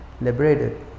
liberated